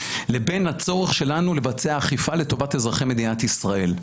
לבין הצורך שלנו לבצע אכיפה לטובת אזרחי מדינת ישראל.